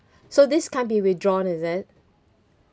so this can't be withdrawn is it